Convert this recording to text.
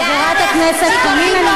חברת הכנסת חנין,